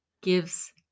gives